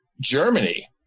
Germany